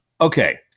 Okay